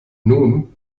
nun